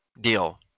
deal